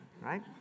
right